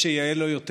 ולחזק